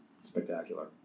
spectacular